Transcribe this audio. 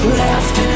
left